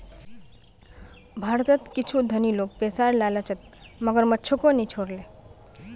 भारतत कुछू धनी लोग पैसार लालचत मगरमच्छको नि छोड ले